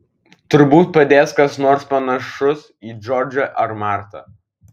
turbūt padės kas nors panašus į džordžą ar martą